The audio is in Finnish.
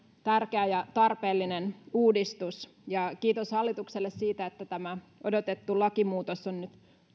tärkeä ja tarpeellinen uudistus ja kiitos hallitukselle siitä että tämä odotettu lakimuutos on nyt